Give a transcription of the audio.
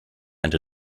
and